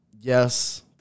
Yes